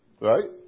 Right